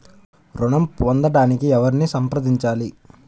ఋణం పొందటానికి ఎవరిని సంప్రదించాలి?